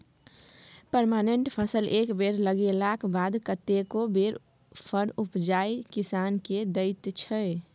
permanent फसल एक बेर लगेलाक बाद कतेको बेर फर उपजाए किसान केँ दैत छै